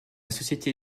société